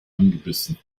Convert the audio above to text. angebissen